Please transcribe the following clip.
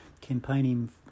campaigning